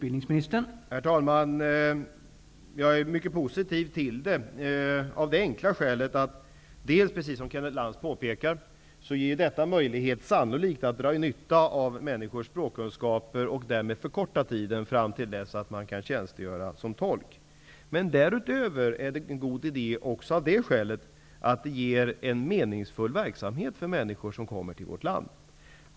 Herr talman! Jag är mycket positiv till det för det första, precis som Kenneth Lantz påpekar, därför att detta sannolikt ger oss möjlighet att dra nytta av människors språkkunskaper, varigenom tiden fram till dess att vederbörande kan tjänstgöra som tolkar blir kortare. För det andra är det en god idé också av det skälet att det ger en meningsfull verksamhet för människor som kommer till vårt land.